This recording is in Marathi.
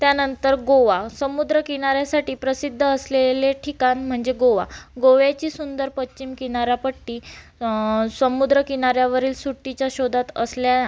त्यानंतर गोवा समुद किनाऱ्यासाठी प्रसिद्ध असलेले ठिकाण म्हणजे गोवा गोव्याची सुंदर पश्चिम किनारपट्टी समुद्र किनाऱ्यावरील सुट्टीच्या शोधात असल्या